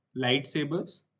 lightsabers